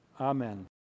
Amen